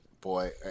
boy